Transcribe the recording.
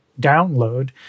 download